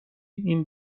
این